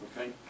Okay